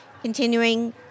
continuing